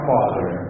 Father